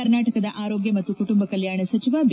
ಕರ್ನಾಟಕದ ಆರೋಗ್ಯ ಮತ್ತು ಕುಟುಂಬ ಕಲ್ಕಾಣ ಸಚಿವ ಬಿ